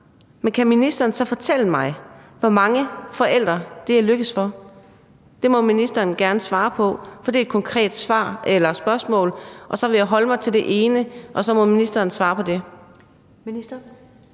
Men kan ministeren så fortælle mig, hvor mange forældre det er lykkedes for? Det må ministeren gerne svare på. Det er et konkret spørgsmål, og så vil jeg holde mig til det ene, og så må ministeren svare på det.